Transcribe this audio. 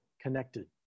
connected